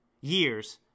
years